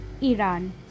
Iran